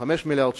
25 מיליארד שקל,